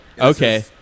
okay